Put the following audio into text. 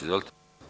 Izvolite.